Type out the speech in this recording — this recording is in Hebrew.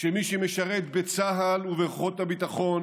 שמי שמשרת בצה"ל ובכוחות הביטחון